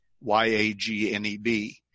Y-A-G-N-E-B